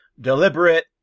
deliberate